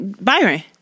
Byron